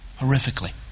horrifically